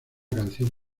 canción